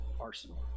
arsenal